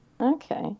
Okay